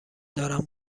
دارم